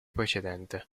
precedente